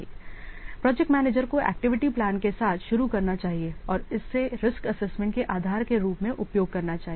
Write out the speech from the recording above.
इसलिए project manager को activity plan के साथ शुरू करना चाहिए और इसे रिस्क एसेसमेंट के आधार के रूप में उपयोग करना चाहिए